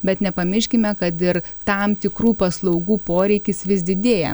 bet nepamirškime kad ir tam tikrų paslaugų poreikis vis didėja